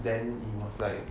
then he was like